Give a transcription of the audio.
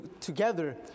together